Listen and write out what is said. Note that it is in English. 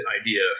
idea